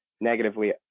negatively